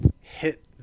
hit